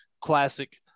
classic